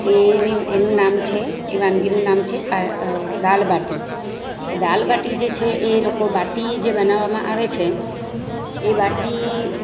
એનું એનું નામ છે એ વાનગીનું નામ છે પા દાલબાટી દાલબાટી જે છે એ લોકો બાટી જે બનાવવામાં આવે છે એ બાટી